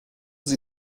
sie